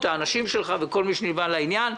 לאנשים שלך ולכל מי שנלווה לעניין.